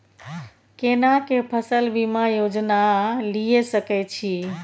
केना के फसल बीमा योजना लीए सके छी?